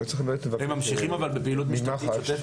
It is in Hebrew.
אבל הם ממשיכים בפעילות המשטרתית?